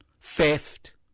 theft